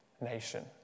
nation